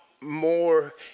more